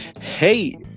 hey